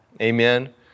Amen